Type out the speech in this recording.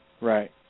Right